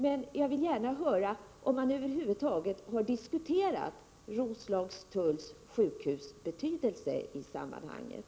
Men jag vill gärna höra om man över huvud taget har diskuterat Roslagstulls sjukhus betydelse i sammanhanget.